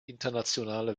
internationale